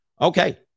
Okay